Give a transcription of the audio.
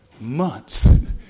months